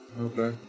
okay